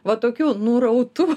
va tokių nurautų